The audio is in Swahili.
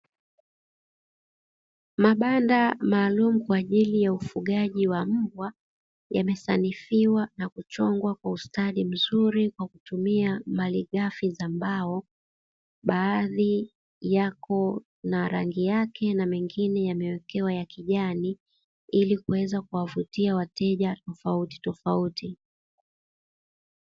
Mabanda maalumu kwa ajili ya ufugaji wa mbwa, yamesanifiwa na kuchongwa kwa ustadi mzuri kwa kutumia malighafi za mbao, baadhi yako na rangi yake na mengine yamewekewa ya kijani, ili kuweza kuwavutia wateja tofautitofauti.